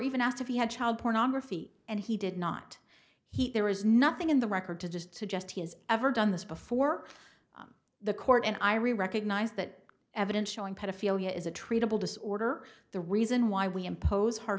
even asked if he had child pornography and he did not he there is nothing in the record to just suggest he has ever done this before the court and i recognize that evidence showing pedophilia is a treatable disorder the reason why we impose h